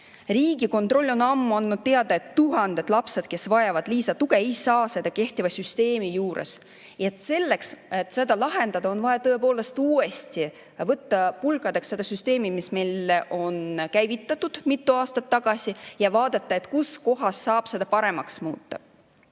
Riigikontroll on ammu andnud teada, et tuhanded lapsed, kes vajavad lisatuge, ei saa seda kehtiva süsteemi juures. Selleks, et seda lahendada, on vaja tõepoolest uuesti võtta pulkadeks see süsteem, mis meil on käivitatud mitu aastat tagasi, ja vaadata, kus kohas saab seda paremaks muuta.